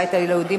הבית היהודי,